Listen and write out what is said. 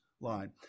line